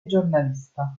giornalista